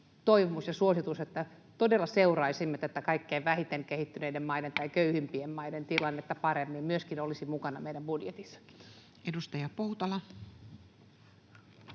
toivomus ja suositus, että todella seuraisimme tätä kaikkein vähiten kehittyneiden maiden tai köyhimpien maiden tilannetta paremmin, myöskin olisi mukana meidän budjetissamme? — Kiitos.